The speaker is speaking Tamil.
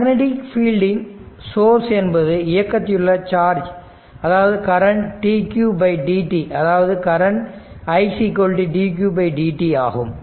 மேக்னடிக் ஃபீல்டின் சோர்ஸ் என்பது இயக்கத்திலுள்ள சார்ஜ் அதாவது கரண்ட் dq dt அதாவது கரண்ட் idq dt ஆகும்